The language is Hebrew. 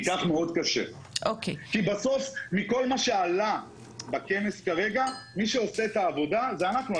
כי בסוף מכל מה שעלה בכנס כרגע מי שעושה את העבודה זה אנחנו,